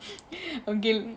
okay